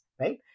right